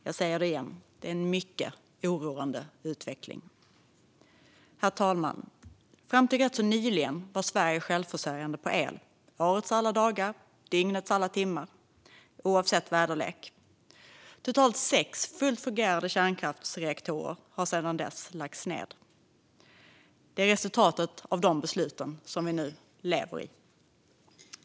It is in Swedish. Jag säger det igen: Det är en mycket oroande utveckling. Herr talman! Fram till rätt nyligen var Sverige självförsörjande på el årets alla dagar och dygnets alla timmar, oavsett väderlek. Totalt sex fullt fungerande kärnkraftsreaktorer har sedan dess lagts ned. Det är resultatet av de beslut som vi nu lever med.